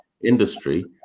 industry